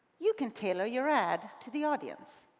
you can tailor your ad to the audience.